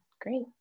Great